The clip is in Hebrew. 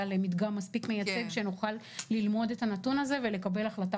למדגם מספיק מייצג שנוכל ללמוד את הנתון הזה ולקבל החלטה